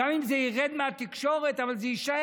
גם אם זה ירד מהתקשורת, זה יישאר.